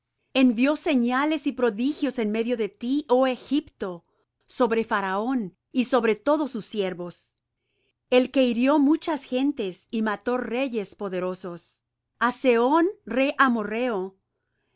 envió señales y prodigios en medio de ti oh egipto sobre faraón y sobre todos sus siervos el que hirió muchas gentes y mató reyes poderosos a sehón rey amorrheo